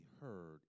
heard